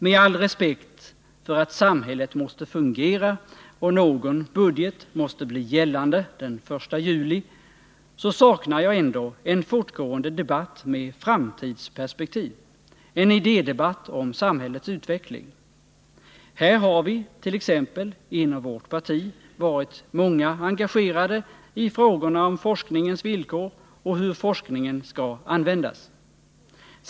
Med all respekt för att samhället måste fungera och att någon budget måste bli gällande den 1 juli saknar jag ändå en fortgående debatt med framtidsperspektiv, en idédebatt om samhällets utveckling. T. ex. inom vårt parti har många varit engagerade i frågorna om forskningens villkor och om hur forskningen skall användas.